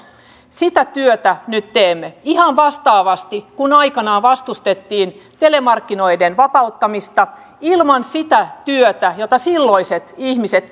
sitä työtä nyt teemme ihan vastaavasti kun aikanaan vastustettiin telemarkkinoiden vapauttamista ilman sitä työtä jota silloiset ihmiset